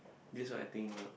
this what I think lah